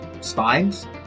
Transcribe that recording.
spines